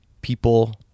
people